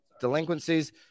delinquencies